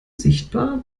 sichtbar